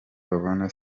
babona